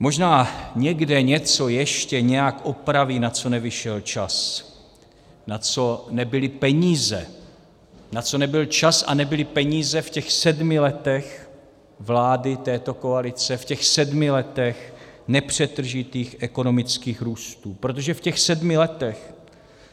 Možná někde něco ještě nějak opraví, na co nevyšel čas, na co nebyly peníze, na co nebyl čas a nebyly peníze v těch sedmi letech vlády této koalice, v těch sedmi letech nepřetržitých ekonomických růstů, protože v těch sedmi letech